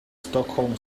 stockholm